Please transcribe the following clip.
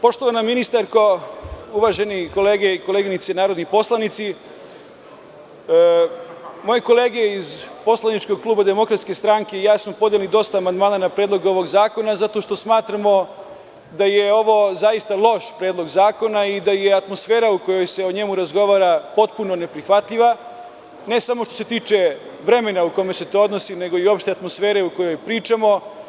Poštovana ministarko, uvažene kolege i koleginice narodni poslanici, moje kolege iz poslaničkog kluba DS i ja samo podneli dosta amandmana na predlog ovog zakona zato što smatramo da je ovo zaista loš Predlog zakona i da je atmosfera u kojoj se o njemu razgovara potpuno neprihvatljiva, ne samo što se tiče vremena u kome se to odnosi, nego i uopšte atmosfere u kojoj pričamo.